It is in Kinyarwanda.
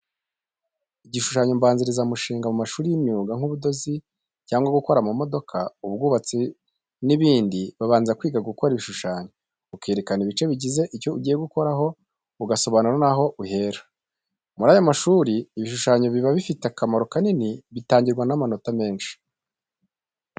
Igishushanyo mbanzirizamushinga, mu mashuri y'imyuga nk'ubudozi cyangwa gukora ama modoka, ubwubatsi n'ibindi babanza kwiga gukora ibishushanyo, ukerekana ibice bigize icyo ugiye gukora ho, ugasobanura n'aho uhera. Muri ayo mashuri ibishushanyo biba bifite akamaro kanini bitangirwa n'amanota menshi.